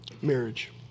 marriage